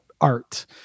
art